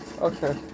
Okay